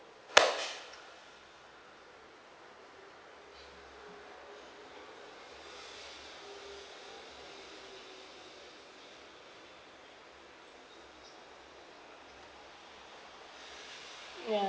ya